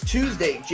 Tuesday